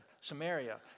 Samaria